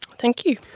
thank you.